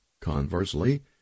Conversely